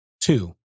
two